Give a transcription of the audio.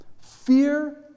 Fear